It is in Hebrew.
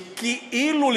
שכאילו,